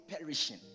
perishing